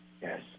Yes